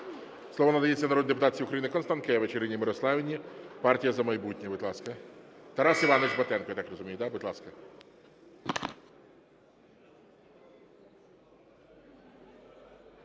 Слово надається народній депутатці України Констанкевич Ірині Мирославівні, "Партія "За майбутнє". Будь ласка. Тарас Іванович Батенко, я так розумію. Будь ласка.